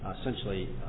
essentially